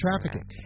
trafficking